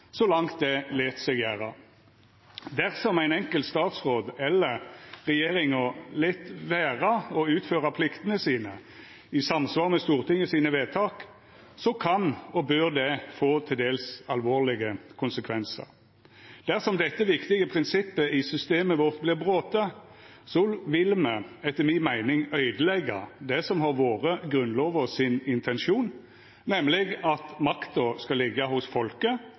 så langt det lèt seg gjera. Dersom ein enkelt statsråd eller regjeringa lèt vera å utføra pliktene sine i samsvar med Stortinget sine vedtak, kan og bør det få til dels alvorlege konsekvensar. Dersom dette viktige prinsippet i systemet vårt vert brote, vil me etter mi meining øydeleggja det som har vore intensjonen i Grunnlova, nemleg at makta skal liggja hos folket